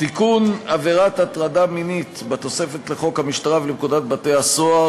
תיקון עבירת הטרדה מינית בתוספות לחוק המשטרה ולפקודת בתי-הסוהר,